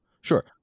sure